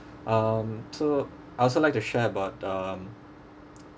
um so I also like to share about um